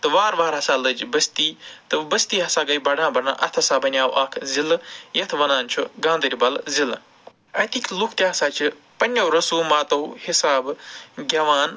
تہٕ وارٕ وارٕ ہسا لٔج بستی بستی ہسا گٔے بڑان بڑان اَتھ ہسا بنیاو اَکھ ضلعہٕ یَتھ وَنان چھِ گاندَربَل ضلعہٕ اَتِکۍ لُکھ تہِ ہسا چھِ پَنٛنیٚو رُسوٗماتَو حِسابہٕ گٮ۪وان